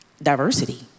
diversity